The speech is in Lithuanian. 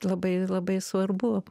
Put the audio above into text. labai labai svarbu